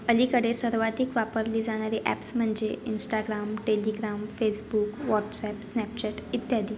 अलीकडे सर्वाधिक वापरली जानारी ॲप्स म्हणजे Instagram Telegram Facebook WhatsApp Snapchat इत्यादी